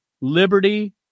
liberty